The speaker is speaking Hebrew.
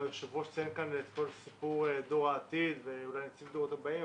היושב-ראש ציין פה את דור העתיד ואולי את הדורות הבאים,